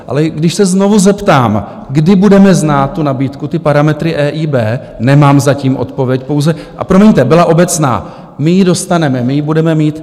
Ale když se znovu zeptám, kdy budeme znát tu nabídku, ty parametry EIB, nemám zatím odpověď promiňte, byla obecná: My ji dostaneme, my ji budeme mít.